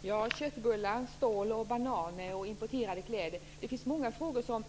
Fru talman! Köttbullar, stål, bananer och importerade kläder - det finns många frågor som